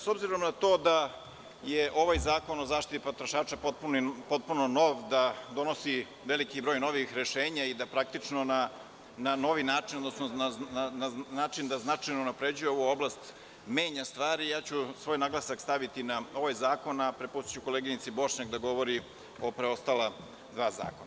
S obzirom na to da je ovaj Zakona o zaštiti potrošača potpuno nov, da donosi veliki broj novih rešenja i da praktično na novi način, odnosno način da značajno unapređuje ovu oblast menja stvari, ja ću svoj naglasak staviti na ovaj zakon, a prepustiću koleginici Bošnjak da govori o preostala dva zakona.